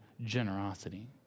generosity